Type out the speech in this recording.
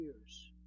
years